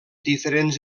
diferents